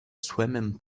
swimming